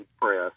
press